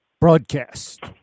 Broadcast